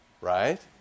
right